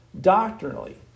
doctrinally